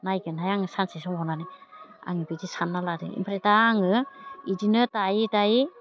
नायगोनहाय आङो सानसे समाव होननानै आं बेबायदि सानना लादों ओमफ्राय दा आङो बिदिनो दायै दायै